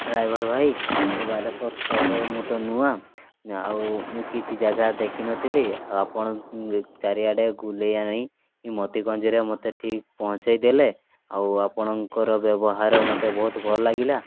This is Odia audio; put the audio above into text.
ଡ୍ରାଇଭର୍ ଭାଇ ଏ ବାଲେଶ୍ୱର ସହର ମୁଁ ତ ନୂଆ ଆଉ କିଛି ଜାଗା ଦେଖିନଥିଲି ଆଉ ଆପଣ ଚାରିଆଡ଼େ ଗୁଲେଇ ଆଣି ମୋତେ ମୋତେ ଠି ପହଞ୍ଚାଇ ଦେଲେ ଆଉ ଆପଣଙ୍କର ବ୍ୟବହାର ମୋତେ ବହୁତ ଭଲ ଲାଗିଲା